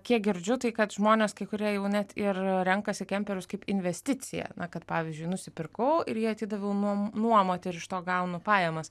kiek girdžiu tai kad žmonės kai kurie jau net ir renkasi kemperius kaip investiciją na kad pavyzdžiui nusipirkau ir jį atidaviau nuo nuomoti ir iš to gaunu pajamas